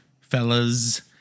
fellas